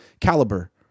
caliber